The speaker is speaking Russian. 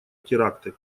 теракты